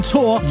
Tour